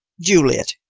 juliet,